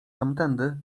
tamtędy